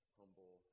humble